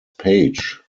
page